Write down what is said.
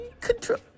control